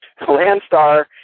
Landstar